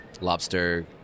lobster